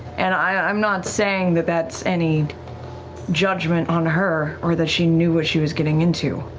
and i'm not saying that that's any judgment on her or that she knew what she was getting into.